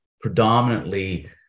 predominantly